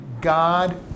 God